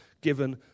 given